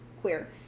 queer